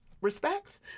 respect